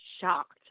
shocked